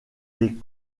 des